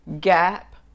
gap